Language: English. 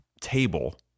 table